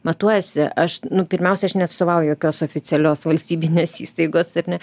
matuojasi aš nu pirmiausia aš neatstovauju jokios oficialios valstybinės įstaigos ar ne